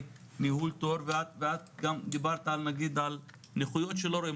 ניהול תור ואת דיברת על נכויות שלא רואים.